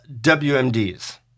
WMDs